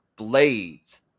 Blades